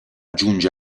giunge